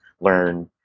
learn